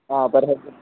ആ പെർ ഹെഡിന്